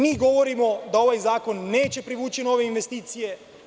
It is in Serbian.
Mi govorimo da ovaj zakon neće privući nove investicije.